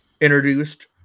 introduced